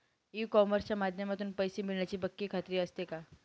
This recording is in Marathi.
ई कॉमर्सच्या माध्यमातून पैसे मिळण्याची पक्की खात्री असते का?